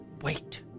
Wait